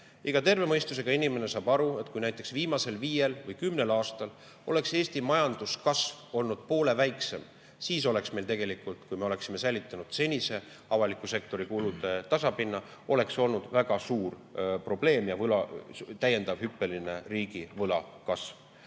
Iga terve mõistusega inimene saab aru, et kui näiteks viimasel viiel või kümnel aastal oleks Eesti majanduskasv olnud poole väiksem, siis oleks meil tegelikult, kui me oleksime säilitanud senise avaliku sektori kulude tasapinna, olnud väga suur probleem ja täiendav hüppeline riigivõla kasv.